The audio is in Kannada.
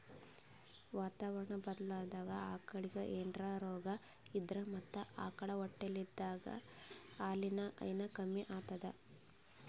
ವಾತಾವರಣಾ ಬದ್ಲಾದಾಗ್ ಆಕಳಿಗ್ ಏನ್ರೆ ರೋಗಾ ಇದ್ರ ಮತ್ತ್ ಆಕಳ್ ಹೊಟ್ಟಲಿದ್ದಾಗ ಹಾಲಿನ್ ಹೈನಾ ಕಮ್ಮಿ ಆತದ್